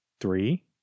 Three